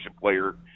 player